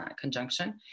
conjunction